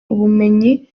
ubumenyi